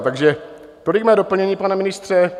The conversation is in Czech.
Takže tolik mé doplnění, pane ministře.